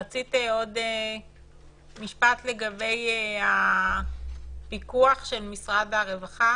רצית עוד משפט לגבי הפיקוח של משרד הרווחה